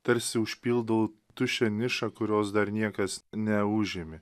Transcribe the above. tarsi užpildau tuščią nišą kurios dar niekas neužėmė